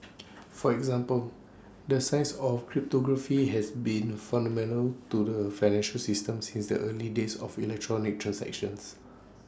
for example the science of cryptography has been fundamental to the financial system since the early days of electronic transactions